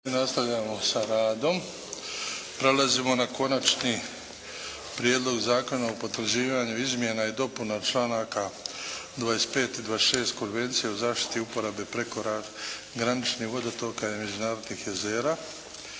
seljačke stranke podržat će Prijedlog zakona o potvrđivanju izmjena i dopuna članka 25. i 26. Konvencije o zaštiti i upravi prekograničnih vodotoka i međunarodnih jezera.